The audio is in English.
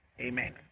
Amen